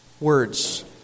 words